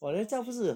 这个东西